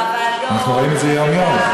בוועדות אנחנו רואים את זה יום-יום.